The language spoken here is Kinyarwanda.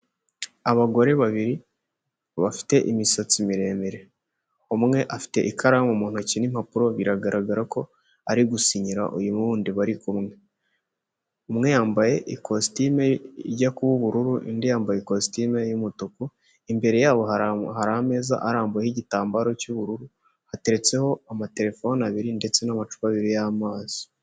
Abagore babiri bafite imisatsi miremire, umwe afite ikaramu mu ntoki n'impapuro biragaragara ko ari gusinyira uyu w'undi bari kumwe, umwe yambaye ikositime ijya kuba ubururu undi yambaye ikositime y'umutuku, imbere yabo hari ameza arambuyeho igitambaro cy'ubururu hateretseho amatelefone abiri ndetse n'amacupabiri y'amazi.